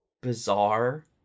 bizarre